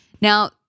now